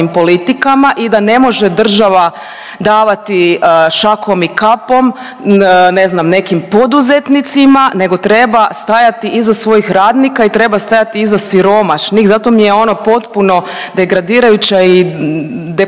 i da ne može država davati šakom i kapom, ne znam nekim poduzetnicima nego treba stajati iza svojih radnika i treba stajati iza siromašnih. Zato mi je ono potpuno degradirajuće i deplasirana